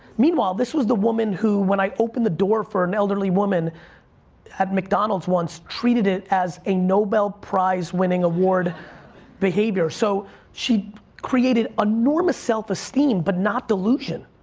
meanwhile, this is the woman who, when i opened the door for an elderly woman at mcdonald's once, treated it as a nobel prize winning award behavior. so she created enormous self-esteem but not delusion,